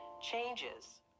changes